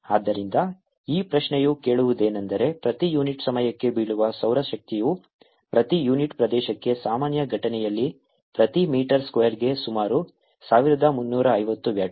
ಆದ್ದರಿಂದ ಈ ಪ್ರಶ್ನೆಯು ಕೇಳುವುದೇನೆಂದರೆ ಪ್ರತಿ ಯೂನಿಟ್ ಸಮಯಕ್ಕೆ ಬೀಳುವ ಸೌರ ಶಕ್ತಿಯು ಪ್ರತಿ ಯೂನಿಟ್ ಪ್ರದೇಶಕ್ಕೆ ಸಾಮಾನ್ಯ ಘಟನೆಯಲ್ಲಿ ಪ್ರತಿ ಮೀಟರ್ ಸ್ಕ್ವೇರ್ಗೆ ಸುಮಾರು 1350 ವ್ಯಾಟ್ಗಳು